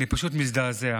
אני פשוט מזדעזע.